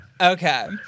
Okay